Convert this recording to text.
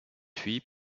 fuit